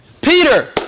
Peter